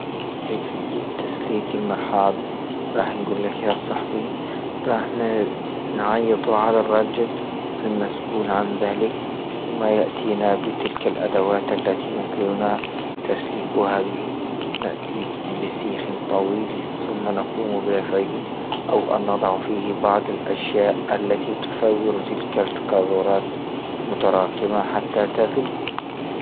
كيفية تسليك المرحاض، راح نقول لك يا صاحبي را ن- نعيطوا على الرجل المسؤول عن ذلك ثم يأتينا بتلك أدوات التي يمكننا تسليك هذه نأتي بسيخ طويل ثم نقوم برفعه أو أن نضع فيه بعض الأشياء التي تصور تلك القاذورات متراكمة حتى تذوب.